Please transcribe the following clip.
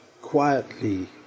quietly